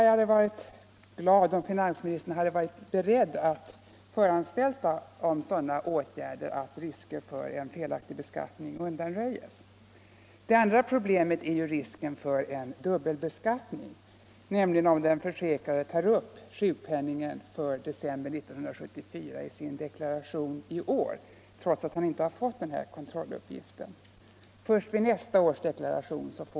Jag hade uppskattat om finansministern varit beredd att föranstalta om sådana åtgärder att risker för felaktig beskattning undanröjs. Det andra problemet i detta sammanhang är risken för dubbelbeskattning, nämligen om den försäkrade tar upp sjukpenningen för december 1974 i sin deklaration nu i år trots att han inte fått någon kontrolluppgift —- den får han först till nästa års deklaration.